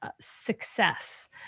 success